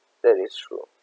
that is true